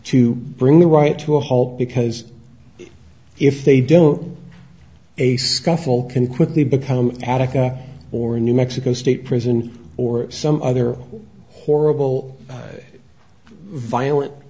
to bring the right to a halt because if they don't a scuffle can quickly become atika or a new mexico state prison or some other horrible violent